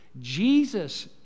Jesus